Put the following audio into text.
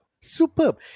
superb